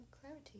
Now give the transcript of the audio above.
clarity